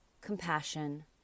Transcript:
compassion